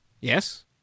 Yes